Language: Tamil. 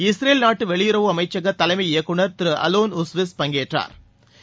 இஸ்ரேல் அந்நாட்டு வெளியுறவு அமைச்சக தலைமை இயக்குனர் திரு அலோன் உஸ்பிஸ் பங்கேற்றாா்